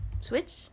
Switch